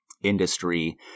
industry